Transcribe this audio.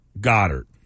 Goddard